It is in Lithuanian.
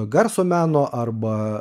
garso meno arba